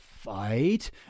fight